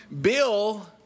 Bill